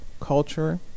culture